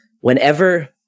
whenever